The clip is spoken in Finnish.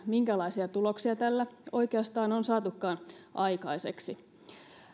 minkälaisia tuloksia tällä oikeastaan on saatukaan aikaiseksi